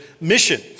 Mission